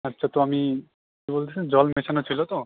আচ্ছা তো আমি তো বলছেন জল মেশানো ছিল তো